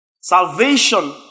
Salvation